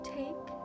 take